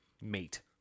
mate